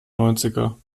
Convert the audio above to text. neunziger